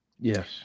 Yes